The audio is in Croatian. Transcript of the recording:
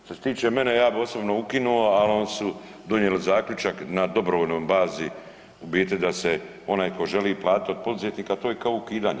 Što se tiče mene ja bih osobno ukinuo, ali oni su donijeli zaključak na dobrovoljnoj bazi u biti da onaj tko želi platiti od poduzetnika, to je kao ukidanje.